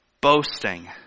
Boasting